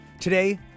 Today